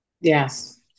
Yes